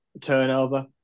turnover